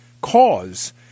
cause